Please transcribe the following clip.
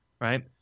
right